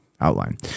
outline